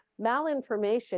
malinformation